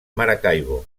maracaibo